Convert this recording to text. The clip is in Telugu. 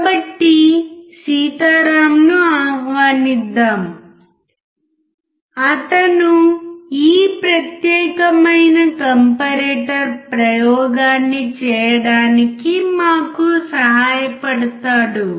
కాబట్టి సీతారాంను ఆహ్వానిద్దాం అతను ఈ ప్రత్యేకమైన కంపరేటర్ ప్రయోగాన్ని చేయడానికి మాకు సహాయపడతాడు